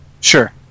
Sure